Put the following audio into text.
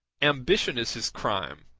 ambition is his crime,